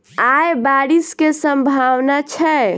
आय बारिश केँ सम्भावना छै?